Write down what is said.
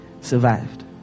survived